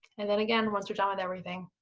and then again, once you're done with everything,